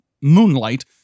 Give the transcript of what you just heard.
Moonlight